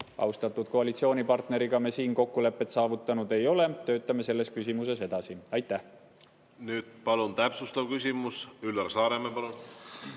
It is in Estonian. Austatud koalitsioonipartneriga me siin kokkulepet saavutanud ei ole, töötame selles küsimuses edasi. Palun, täpsustav küsimus! Üllar Saaremäe. Palun,